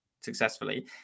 successfully